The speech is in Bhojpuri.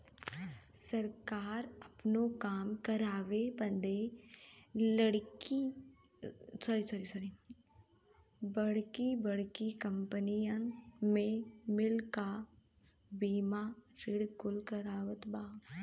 सरकार आपनो काम करावे बदे बड़की बड़्की कंपनीअन से मिल क बीमा ऋण कुल करवावत बा